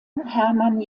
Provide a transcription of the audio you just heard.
hermann